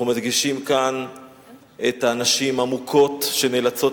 אנחנו מדגישים כאן את הנשים המוכות שנאלצות